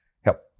help